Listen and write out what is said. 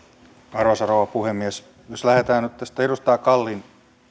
arvoisa rouva puhemies jos lähdetään nyt tästä edustaja kallin